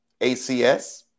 ACS